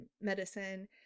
medicine